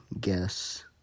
guess